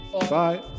Bye